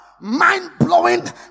mind-blowing